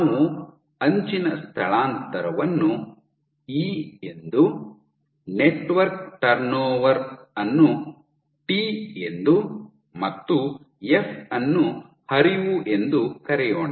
ನಾವು ಅಂಚಿನ ಸ್ಥಳಾಂತರವನ್ನು ಇ ಎಂದು ನೆಟ್ವರ್ಕ್ ಟರ್ನ್ಓವರ್ ಅನ್ನು ಟಿ ಎಂದು ಮತ್ತು ಎಫ್ ಅನ್ನು ಹರಿವು ಎಂದು ಕರೆಯೋಣ